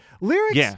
Lyrics